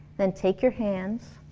then take your hands,